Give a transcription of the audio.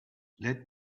let